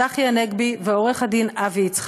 צחי הנגבי ועורך-הדין אבי-יצחק.